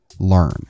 learn